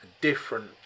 different